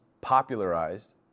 popularized